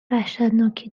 وحشتناکی